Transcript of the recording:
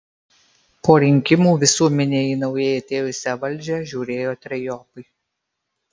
po rinkimų visuomenė į naujai atėjusią valdžią žiūrėjo trejopai